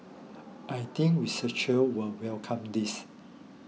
I think researchers will welcome this